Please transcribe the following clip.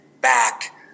back